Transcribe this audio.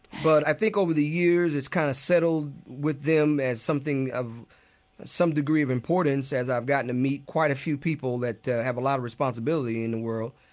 but i think, over the years, it's kind of settled with them as something of some degree of importance, as i've gotten to meet quite a few people that have a lot of responsibility in the world.